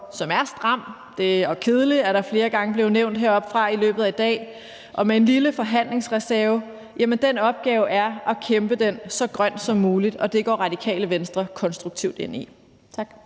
som er stram og kedelig, som det flere gange er blevet nævnt heroppefra i løbet af i dag, og med en lille forhandlingsreserve er at kæmpe den så grøn som muligt, og det går Radikale Venstre konstruktivt ind i. Tak.